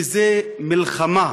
שזו מלחמה.